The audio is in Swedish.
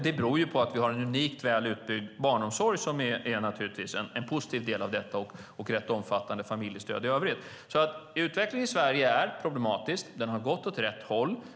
Det beror på att vi har en unikt väl utbyggd barnomsorg som naturligtvis är en positiv del av detta och ett rätt omfattande familjestöd i övrigt. Utvecklingen i Sverige är problematisk. Den har gått åt rätt håll.